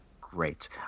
Great